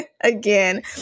again